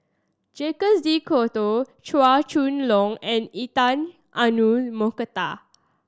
Jacques De Coutre Chua Chong Long and Intan Azura Mokhtar